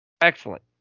Excellent